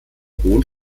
hohn